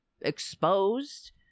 exposed